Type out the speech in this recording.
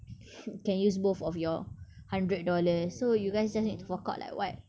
can use both of your hundred dollars so you guys just need to fork out like what